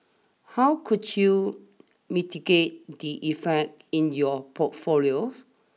how could you mitigate the effect in your portfolios